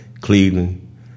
Cleveland